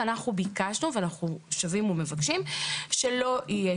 ביקשנו ואנחנו שבים ומבקשים שלא יהיה